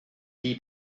die